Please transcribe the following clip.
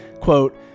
quote